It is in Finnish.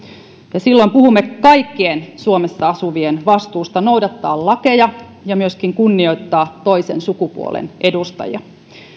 ja silloin puhumme kaikkien suomessa asuvien vastuusta noudattaa lakeja ja myöskin kunnioittaa toisen sukupuolen edustajia